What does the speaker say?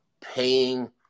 paying